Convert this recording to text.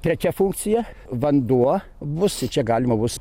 trečia funkcija vanduo bus čia galima bus